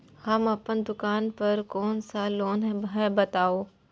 हम अपन दुकान पर कोन सा लोन हैं बताबू?